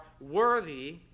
worthy